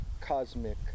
cosmic